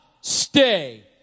stay